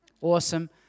Awesome